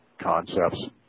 concepts